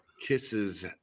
kisses